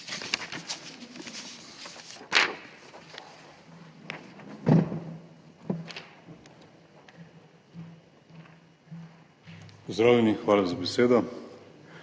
Pozdravljeni! Hvala za besedo.